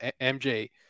MJ